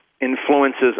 influences